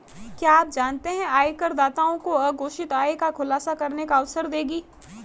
क्या आप जानते है आयकरदाताओं को अघोषित आय का खुलासा करने का अवसर देगी?